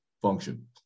function